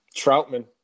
Troutman